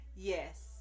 Yes